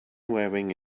wearing